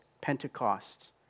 Pentecost